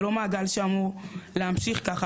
זה לא מעגל שאמור להמשיך ככה,